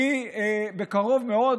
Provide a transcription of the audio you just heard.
בקרוב מאוד,